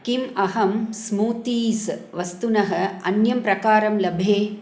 किम् अहं स्मूतीस् वस्तुनः अन्यं प्रकारं लभे